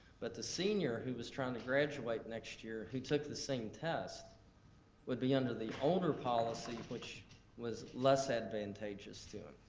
but the senior who was trying to graduate next year who took the same test would be under the older policy, which was less advantageous to him.